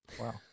Wow